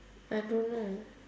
I don't know